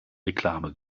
reklame